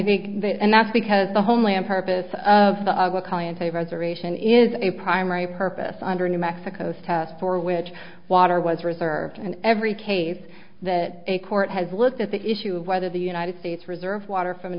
think that and that's because the homeland purpose of the calling in favors aeration is a primary purpose under new mexico's test for which water was reserved in every case that a court has looked at the issue of whether the united states reserved water from an